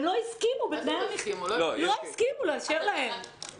לא הסכימו לאשר להם על פי תנאי המכרז.